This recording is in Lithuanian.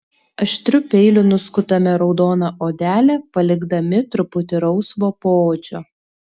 aštriu peiliu nuskutame raudoną odelę palikdami truputį rausvo poodžio